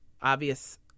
obvious